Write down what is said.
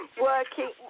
working